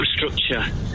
infrastructure